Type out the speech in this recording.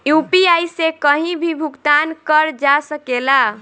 UPI से कहीं भी भुगतान कर जा सकेला?